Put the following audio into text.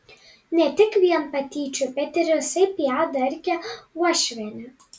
ne tik vien patyčių bet ir visaip ją darkė uošvienė